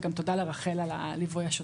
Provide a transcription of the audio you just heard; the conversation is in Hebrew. וגם תודה לרחל על הליווי השותף.